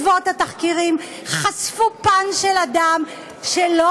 בעקבות התחקירים חשפו פן של אדם שלא